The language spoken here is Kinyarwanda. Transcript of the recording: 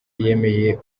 yemeye